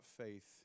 faith